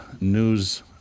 news